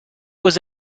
was